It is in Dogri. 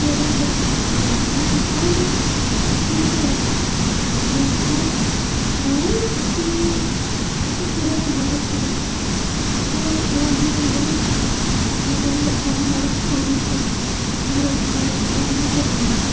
बडे बतमिजी बोली मे कीता ओहदे उसी फोन में आखोआ में तू तुसे केह्ड़ा बंदा रक्खे दा एहदा ओह् नेई होंदा ऐ हमने कोई रखा नेई मैडम साॅरी साॅरी अंग्रेजी मारन लगा इयां बोलन लगा